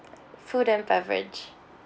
food and beverage